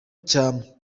cya